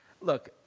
Look